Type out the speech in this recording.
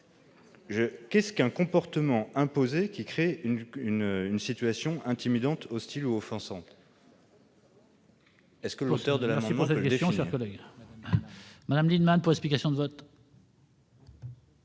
qu'est-ce qu'un comportement imposé qui crée une situation intimidante, hostile ou offensante ? L'auteur de l'amendement peut-il m'éclairer